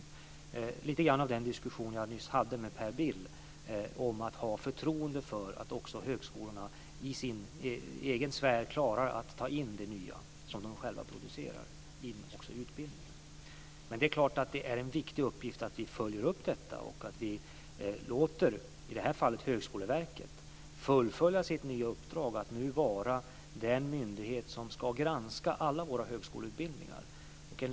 Det är lite grann av den diskussion som jag nyss hade med Per Bill om att ha förtroende för att också högskolorna i sin egen sfär klarar att ta in det nya som de själva producerar också i utbildningen. Men det är klart att det är en viktig uppgift att vi följer upp detta och att vi låter i detta fall Högskoleverket fullfölja sitt nya uppdrag att nu vara den myndighet som ska granska alla våra högskoleutbildningar.